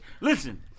Listen